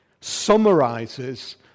summarizes